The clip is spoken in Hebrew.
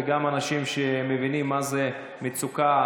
וגם אנשים שמבינים מה זה מצוקה,